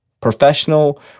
Professional